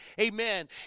Amen